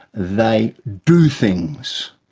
they do things.